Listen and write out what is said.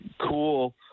cool –